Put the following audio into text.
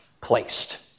placed